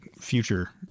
future